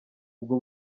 ubwo